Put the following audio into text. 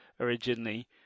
originally